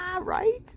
Right